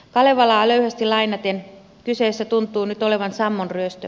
kalevalaa löyhästi lainaten kyseessä tuntuu nyt olevan sammon ryöstö